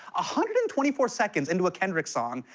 ah hundred and twenty four seconds into a kendrick song,